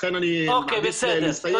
לכן אני מעדיף לסיים,